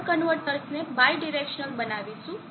આપણે પાવર કન્વર્ટર્સને બાયડીરેકસ્નલ બનાવીશું